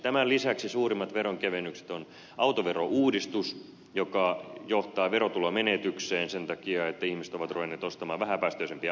tämän lisäksi suurimpia veronkevennyksiä on autoverouudistus joka johtaa verotulomenetykseen sen takia että ihmiset ovat ruvenneet ostamaan vähäpäästöisempiä autoja